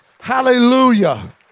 Hallelujah